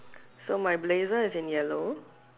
so my blazer is in yellow